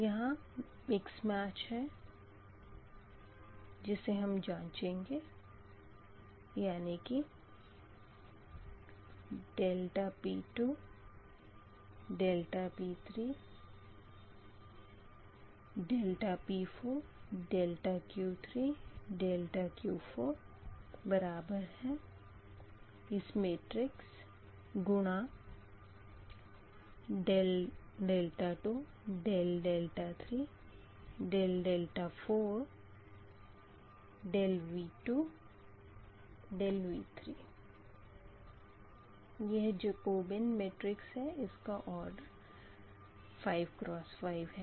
यहाँ mix match जाँचेंगे यानी कि P2 P3 P4 Q3 Q4 P22 P23 P24 P32 P33 P34 P42 P43 P44 Q32 Q33 Q34 Q42 Q43 Q44 P2V2 P2V3 P3V2 P3V3 P4V2 P4V3 Q3V2 Q3V3 Q4V2 Q4V32 3 4 V2 V3 यह Jacobian matrix है इसका order 5×5 है